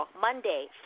Monday